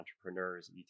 entrepreneurs